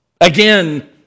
again